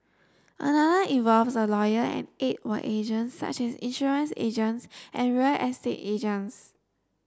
another involves a lawyer and eight were agents such as insurance agents and real estate agents